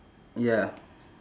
ya